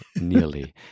nearly